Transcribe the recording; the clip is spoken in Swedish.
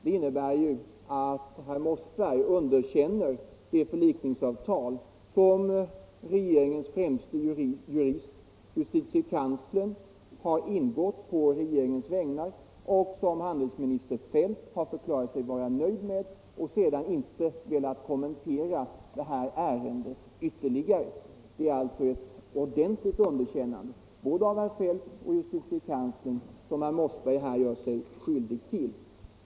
Det innebär ju att herr Mossberg underkänner det förlikningsavtal som regeringens främste jurist, justitiekanslern, har ingått på regeringens vägnar och som handelsminister Feldt har förklarat sig vara nöjd med. Handelsministern har sedan inte velat kommentera detta ärende ytterligare. Det är ett ordenligt underkännande både av herr Feldt och av justitiekanslern som herr Mossberg här gör sig skyldig till.